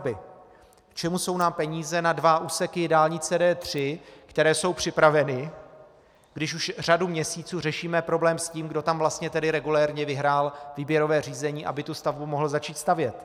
K čemu jsou nám peníze na dva úseky dálnice D3, které jsou připraveny, když už řadu měsíců řešíme problém s tím, kdo tam vlastně regulérně vyhrál výběrové řízení, aby tu stavbu mohl začít stavět?